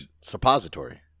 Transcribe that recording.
suppository